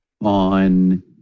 on